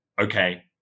okay